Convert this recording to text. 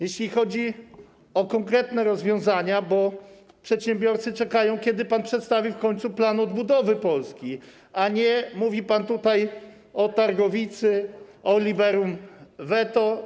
Jeśli chodzi o konkretne rozwiązania, to przedsiębiorcy czekają, żeby pan przedstawił w końcu plan odbudowy Polski, a nie mówił tutaj o targowicy, o liberum veto.